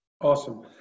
Awesome